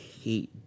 hate